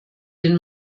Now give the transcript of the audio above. den